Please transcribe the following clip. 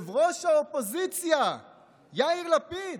ראש האופוזיציה יאיר לפיד,